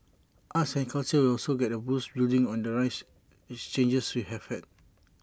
arts and culture will also get A boost building on the rich exchanges we have had